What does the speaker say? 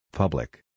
public